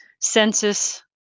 census